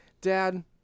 Dad